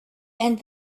and